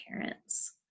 parents